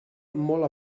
molt